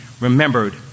remembered